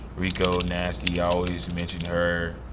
rico nasty, i always mention her.